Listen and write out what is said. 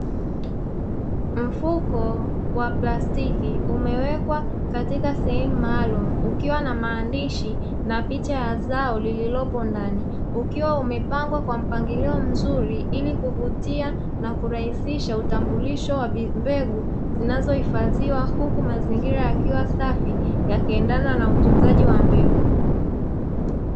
Mfuko wa plastiki umewekwa katika sehemu maalumu, ukiwa na maandishi na picha ya zao lililopo ndani, ukiwa umepangwa kwa mpangilio mzuri, ili kuvutia na kurahisisha utambulisho wa mbegu zinazohifadhiwa, huku mazingira yakiwa safi yakiendana na utunzaji wa mbegu.